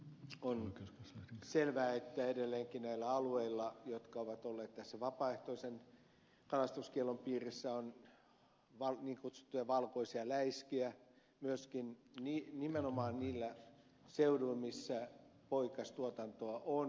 on selvää että edelleenkin näillä alueilla jotka ovat olleet tämän vapaaehtoisen kalastuskiellon piirissä on niin kutsuttuja valkoisia läiskiä myöskin nimenomaan niillä seuduilla missä poikastuotantoa on